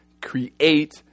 create